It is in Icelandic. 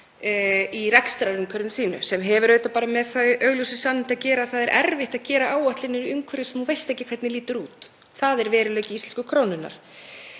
í rekstrarumhverfi sínu. Það hefur auðvitað bara með þau augljósu sannindi að gera að það er erfitt að gera áætlanir í umhverfi sem þú veist ekki hvernig lítur út. Það er veruleiki íslensku krónunnar.